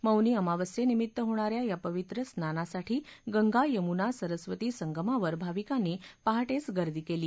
मौनी अमावस्येनिमित्त होणा या या पवित्र स्नानासाठी गंगा यमुना सरस्वती संगमावर भाविकांनी पहाटेच गर्दी केली